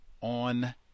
on